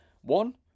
one